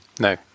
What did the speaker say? No